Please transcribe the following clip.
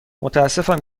متأسفم